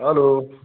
hello